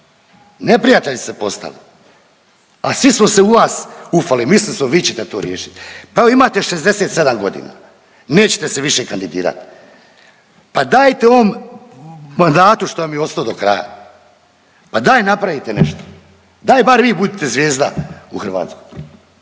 neprijatelj ste poslali, a svi smo se u vas ufali mislili smo vi ćete to riješit. Pa evo imate 67 godina nećete se više kandidirat pa dajte ovom mandatu što vam je ostalo do kraja pa daj napravite nešto, daj bar vi budite zvijezda u Hrvatskoj